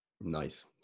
Nice